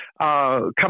Come